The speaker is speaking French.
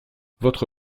votre